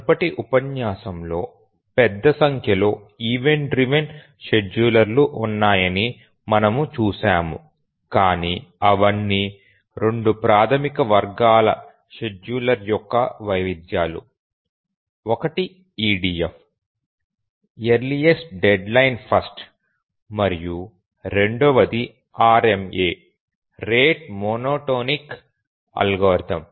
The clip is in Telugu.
మునుపటి ఉపన్యాసంలో పెద్ద సంఖ్యలో ఈవెంట్ డ్రివెన్ షెడ్యూలర్లు ఉన్నాయని మనము చూశాము కాని అప్పుడు అవన్నీ 2 ప్రాథమిక వర్గాల షెడ్యూలర్ల యొక్క వైవిధ్యాలు ఒకటి EDFఎర్లీఎస్ట్ డెడ్లైన్ ఫస్ట్ మరియు రెండవది RMA రేటు మోనోటోనిక్ అల్గోరిథం